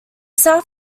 south